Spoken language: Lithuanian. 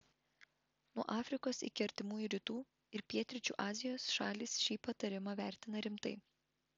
nuo afrikos iki artimųjų rytų ir pietryčių azijos šalys šį patarimą vertina rimtai